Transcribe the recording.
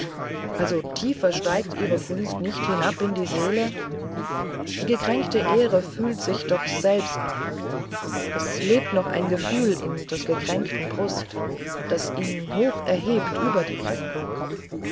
also tiefer steigt ihre kunst nicht hinab in die seele die gekränkte ehre fühlt sich doch selbst noch es lebt doch ein gefühl in des gekränkten brust das ihn hoch erhebt über die kränkung